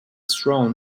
thrown